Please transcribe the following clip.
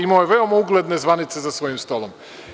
Imao je veoma ugledne zvanice za svojim stolom.